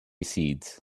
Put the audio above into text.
seeds